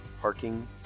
parking